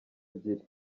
ebyiri